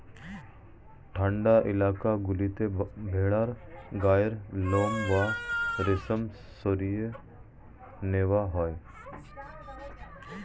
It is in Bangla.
ঠান্ডা এলাকা গুলোতে ভেড়ার গায়ের লোম বা রেশম সরিয়ে নেওয়া হয়